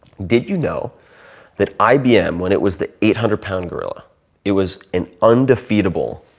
did you know that ibm, when it was the eight hundred pound gorilla it was an undefeatable